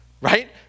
Right